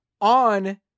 on